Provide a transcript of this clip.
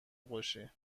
باشی